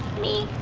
me.